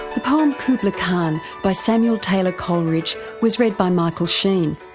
the poem kubla kahn by samuel taylor coleridge was read by michael sheen.